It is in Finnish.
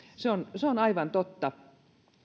se on se on aivan totta